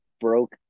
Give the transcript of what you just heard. broke